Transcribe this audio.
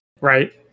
Right